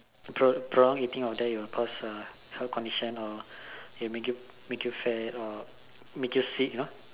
pro~ prolonged eating of that you will cause health condition or it will make you make you fat or make you sick you know